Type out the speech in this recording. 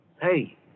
Hey